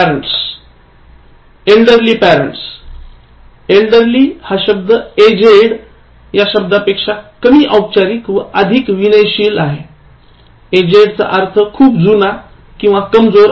Elderly parents elderly हा शब्द aged या शब्दापेक्षा कमी औपचारीक व अधिक विनयशील आहे एजेड चा अर्थ खूप जुना किंवा कमजोर असा होतो